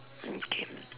okay